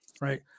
Right